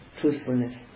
truthfulness